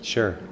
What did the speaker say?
Sure